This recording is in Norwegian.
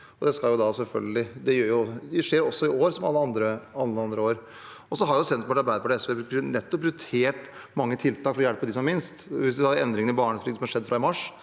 Det skjer også i år, som alle andre år. Senterpartiet, Arbeiderpartiet og SV har prioritert mange tiltak nettopp for å hjelpe dem som har minst. Hvis man tar endringene som har skjedd fra i mars,